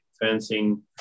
fencing